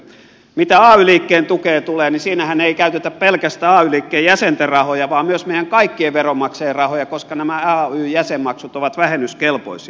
mitä ay liikkeen tukeen tulee niin siinähän ei käytetä pelkästään ay liikkeen jäsenten rahoja vaan myös meidän kaikkien veronmaksajien rahoja koska nämä ay jäsenmaksut ovat vähennyskelpoisia